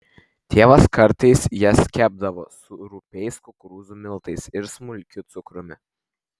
tėvas kartais jas kepdavo su rupiais kukurūzų miltais ir smulkiu cukrumi